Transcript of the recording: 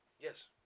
Yes